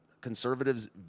conservatives